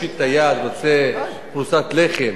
ומושיט את היד ורוצה פרוסת לחם